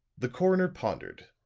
the coroner pondered.